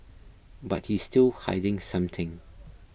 but he's still hiding something